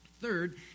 Third